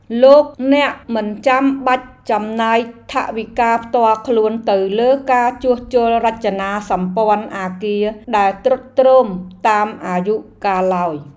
លោកអ្នកមិនបាច់ចំណាយថវិកាផ្ទាល់ខ្លួនទៅលើការជួសជុលរចនាសម្ព័ន្ធអគារដែលទ្រុឌទ្រោមតាមអាយុកាលឡើយ។